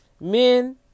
men